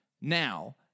Now